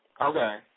Okay